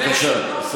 בבקשה.